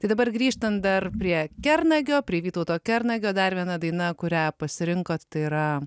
tai dabar grįžtant dar prie kernagio prie vytauto kernagio dar viena daina kurią pasirinkot tai yra